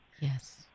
Yes